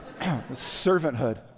Servanthood